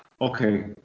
Okay